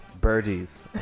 birdies